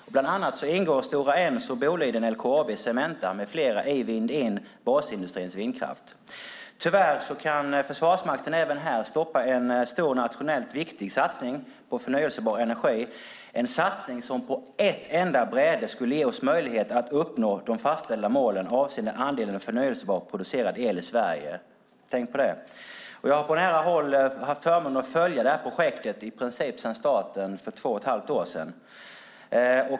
I Vindins vindkraft ingår bland annat Stora Enso, Boliden, LKAB och Cementa. Tyvärr kan Försvarsmakten även här stoppa en stor nationellt viktig satsning på förnybar energi - en satsning som på ett bräde skulle ge oss möjlighet att uppnå de fastställda målen för andelen förnybart producerad el i Sverige. Tänk på det! Jag har haft förmånen att på nära håll följa detta projekt, i princip från starten för två och ett halvt år sedan.